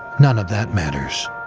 none of that matters.